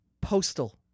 Postal